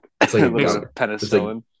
penicillin